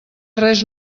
res